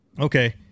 okay